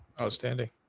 Outstanding